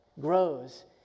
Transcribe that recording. grows